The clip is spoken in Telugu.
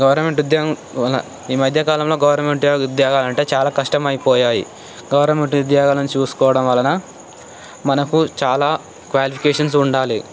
గవర్నమెంట్ ఉద్యోగం ఈ మధ్యకాలంలో గవర్నమెంట్ ఉద్యోగాలు అంటే చాలా కష్టమైపోయాయి గవర్నమెంట్ ఉద్యోగాలను చూసుకోవడం వలన మనకు చాలా క్వాలిఫికేషన్స్ ఉండాలి